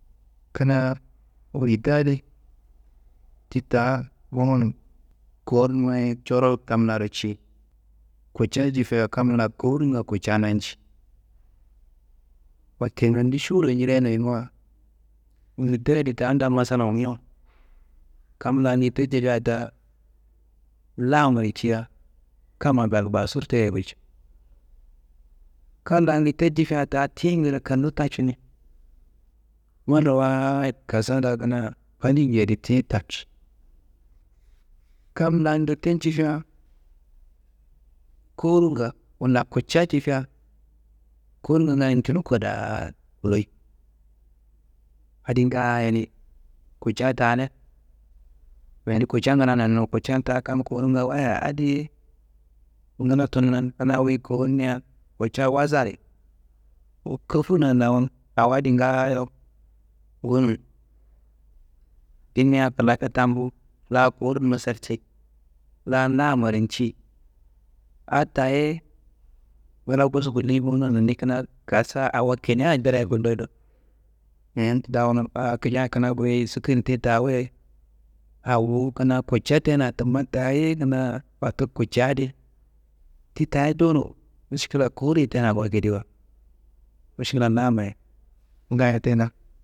Kina ngita di ti taa wunun kowurnummayi coro kam laro ci kutca jifia kam la korwurngaro kutca nanci. Wote nondi šuwurra njirayinoyi nuwa njita adi ta nda masalando wunu. Kam la njita adi njifa ta lahama ciya, kama gal basur teye gulcei kal la njitta njifiya ta tiyingaro kannu tacu ni maraawahid kasa ta kina pali njedia adi ti ta. Kam la ngitta cifia, kowurnga walla kutca jifia kowurnga njulu kadaa koloyi, adi ngaaye kutca taana, nondi kutca ngila nuwa kutca ta kam kowurnga waya adiyi ngila tunna kina wu kowurnia kutca wasayi wu koffuna nda wunu awa di ngaayo gonun timia kilafe tambu la kowurnumma sarcei lal ahmar nji a ta- ye ngila kossu gulliyi bowo nondi kina kasa awo kilea dero gulloyi dowo, nondi da wuno a kilea kina goyu sukari te ta wayi awo kina kutca tena tumma taye kina fotur kutca adi ti tayi jowuro miskila kowur ye tena ko akedi wa miskila lahama ye ngayi tena.